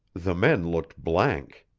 the men looked blank.